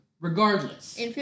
Regardless